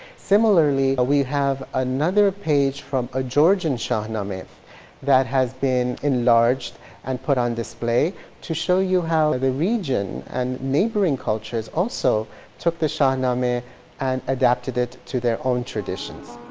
similarly we have another page from a georgian shahnameh that has been enlarged and put on display to show you how the region and neighboring cultures also took the shahnameh and adapted it to their own traditions.